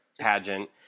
pageant